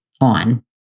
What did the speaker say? on